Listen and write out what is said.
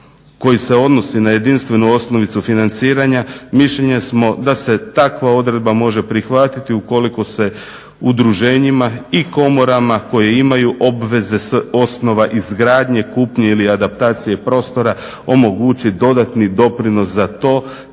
koji se odnosi na jedinstvenu osnovicu financiranja mišljenja smo da se takva odredba može prihvatiti ukoliko se udruženjima i komorama koje imaju obveze s osnova izgradnje, kupnje ili adaptacije prostora omogući dodatni doprinos za to